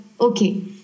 okay